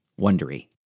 Wondery